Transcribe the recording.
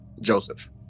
Joseph